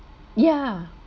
yeah